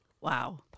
Wow